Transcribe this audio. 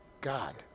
God